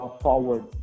forward